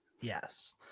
Yes